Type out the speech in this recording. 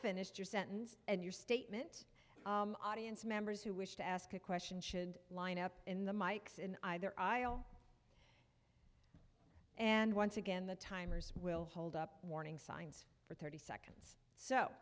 finished your sentence and your statement audience members who wish to ask a question should line up in the mikes in either aisle and once again the timers will hold up warning signs for thirty seconds so